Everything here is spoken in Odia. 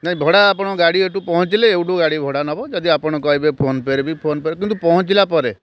ନାଇ ଭଡ଼ା ଆପଣଙ୍କ ଗାଡ଼ି ଏଠୁ ପହଞ୍ଚିଲେ ଏଠୁ ଗାଡ଼ି ଭଡ଼ା ନେବ ଯଦି କହିବେ ଫୋନ୍ ପେରେ ବି ଫୋନ୍ ପେ ରେ କିନ୍ତୁ ପହଞ୍ଚିଲା ପରେ